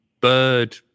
bird